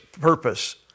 purpose